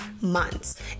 months